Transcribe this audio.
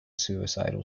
suicidal